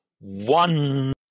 one